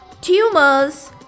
tumors